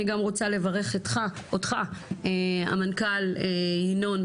אני גם רוצה לברך אותך המנכ"ל ינון